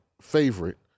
favorite